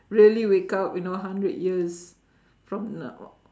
really wake up you know hundred years from now